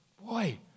Boy